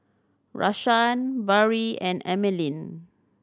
Rashaan Barrie and Emeline